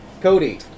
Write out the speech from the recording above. Cody